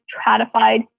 stratified